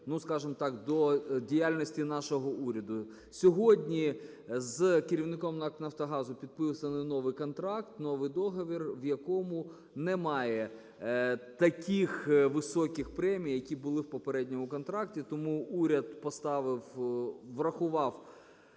ну, скажемо так, до діяльності нашого уряду. Сьогодні з керівником НАК "Нафтогазу" підписано новий контракт, новий договір, в якому немає таких високих премій, які були в попередньому контракті. Тому уряд поставив, врахував